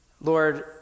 Lord